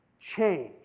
change